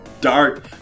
dark